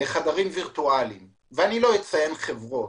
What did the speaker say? לחדרים וירטואליים ואני לא אציין חברות,